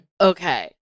Okay